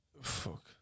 Fuck